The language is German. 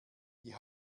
die